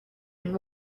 and